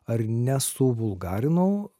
ar nesuvulgarinau